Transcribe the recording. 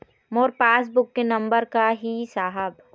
मोर passbook के number का ही साहब?